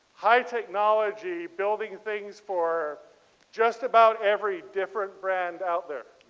high technology building things for just about every different brand out there.